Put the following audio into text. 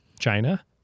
China